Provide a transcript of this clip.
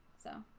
so